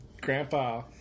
grandpa